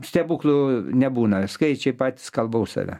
stebuklų nebūna skaičiai patys kalba už save